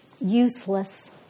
useless